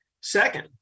Second